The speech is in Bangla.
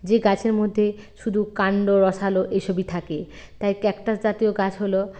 যে গাছের মধ্যে শুধু কাণ্ড রসালো এইসবই থাকে তাই ক্যাকটাস জাতীয় গাছ হল